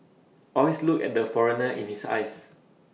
always look at the foreigner in his eyes